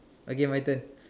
okay my turn